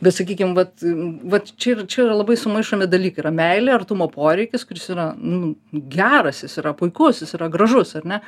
bet sakykim vat vat čia ir čia yra labai sumaišomi dalykai yra meilė artumo poreikis kuris yra nu geras jis yra puikus jis yra gražus ar ne